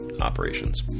operations